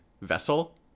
vessel